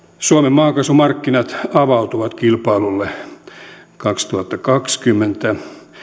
maakaasumarkkinat avautuvat kilpailulle kaksituhattakaksikymmentä ja